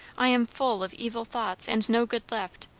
i am full of evil thoughts, and no good left.